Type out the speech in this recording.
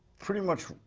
pretty much,